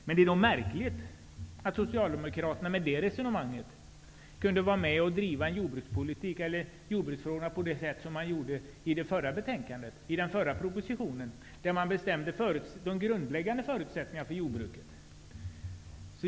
Det är märkligt att Socialdemokraterna med det resonemanget kunde vara med och driva jordbruksfrågorna på det sätt man gjorde i det förra betänkandet och i den förra propositionen, där man bestämde de grundläggande förutsättningarna för jordbruket.